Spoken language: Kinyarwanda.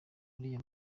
uriya